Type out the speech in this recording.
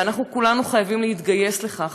וכולנו חייבים להתגייס לכך.